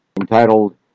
entitled